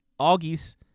Augies